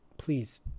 Please